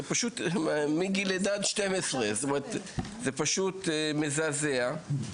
זה מגיל לידה עד 12. זה פשוט מזעזע.